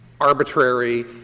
arbitrary